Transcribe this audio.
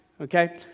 okay